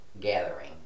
Gathering